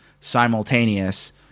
simultaneous